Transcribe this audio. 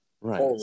right